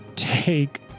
Take